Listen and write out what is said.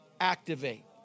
Activate